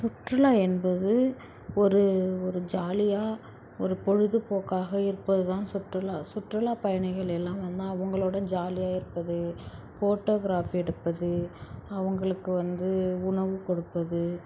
சுற்றுலா என்பது ஒரு ஒரு ஜாலியாக ஒரு பொழுதுபோக்காக இருப்பதுதான் சுற்றுலா சுற்றுலா பயணிகள் எல்லாம் வந்தால் அவங்களோட ஜாலியாக இருப்பது ஃபோட்டோக்ராஃப் எடுப்பது அவர்களுக்கு வந்து உணவு கொடுப்பது